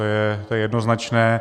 To je jednoznačné.